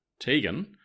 Tegan